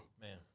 Man